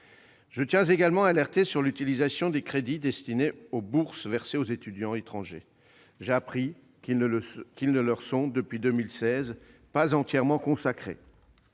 Je tiens également à alerter sur l'utilisation des crédits destinés aux bourses versées aux étudiants étrangers. J'ai appris qu'ils ne leur sont, depuis 2016, pas entièrement consacrés.